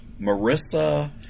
Marissa